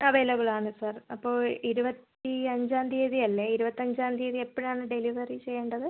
അവൈലബിളാണ് സാർ അപ്പോൾ ഇരുപത്തി അഞ്ചാം തീയ്യതി അല്ലേ ഇരുപത്തഞ്ചാം തീയ്യതി എപ്പോഴാണ് ഡെലിവറി ചെയ്യേണ്ടത്